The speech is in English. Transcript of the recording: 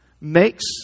makes